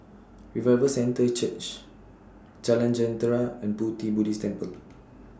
Revival Centre Church Jalan Jentera and Pu Ti Buddhist Temple